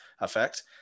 effect